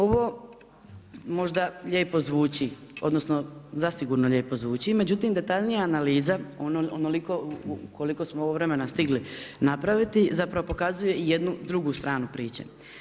Ovo možda lijepo zvuči, odnosno zasigurno lijepo zvuči, međutim detaljnija analiza onoliko koliko smo vremena stigli napravit zapravo pokazuje jednu drugu stranu priče.